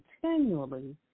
continually